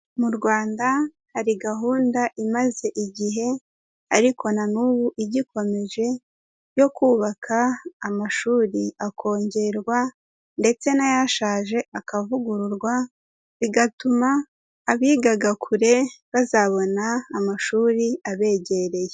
Mu Rwanda hari gahunda imaze igihe ariko na n'ubu igikomeje yo kubaka amashuri akongerwa ndetse n'ayashaje akavugururwa, bigatuma abigaga kure bazabona amashuri abegereye.